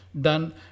done